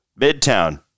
Midtown